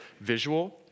visual